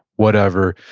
whatever.